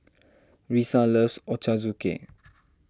Risa loves Ochazuke